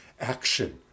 action